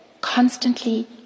constantly